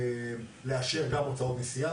מין הראוי לעשות את זה.